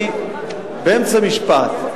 אני באמצע משפט,